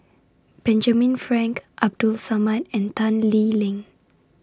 Benjamin Frank Abdul Samad and Tan Lee Leng